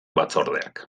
batzordeak